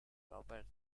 robert